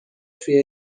توی